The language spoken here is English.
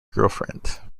girlfriend